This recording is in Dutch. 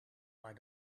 maar